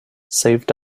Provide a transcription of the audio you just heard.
saved